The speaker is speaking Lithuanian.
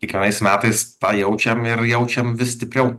kiekvienais metais tą jaučiam ir jaučiam vis stipriau